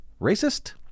racist